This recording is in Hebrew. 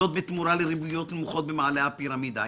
זאת בתמורה לריביות נמוכות במעלה הפירמידה.